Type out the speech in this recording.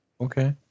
okay